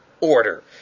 order